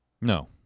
No